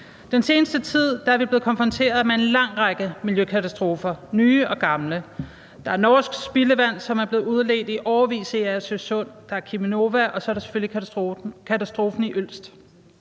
Den seneste tid er vi blevet konfronteret med en lang række miljøkatastrofer, nye og gamle: Der er norsk spildevand, som er blevet udledt i årevis i Agersø Sund, der er Cheminova, og så er der selvfølgelig katastrofen i Ølst,